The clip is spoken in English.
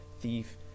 Thief